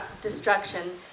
destruction